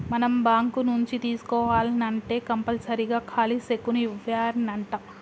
మనం బాంకు నుంచి తీసుకోవాల్నంటే కంపల్సరీగా ఖాలీ సెక్కును ఇవ్యానంటా